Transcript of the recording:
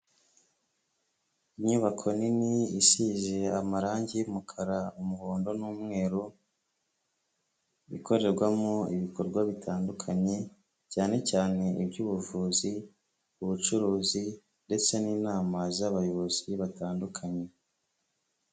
Inyubako nini isize amarangi y'umukara, umuhondo n'umweru, ikorerwamo ibikorwa bitandukanye, cyane cyane iby'ubuvuzi, ubucuruzi ndetse n'inama z'abayobozi batandukanye.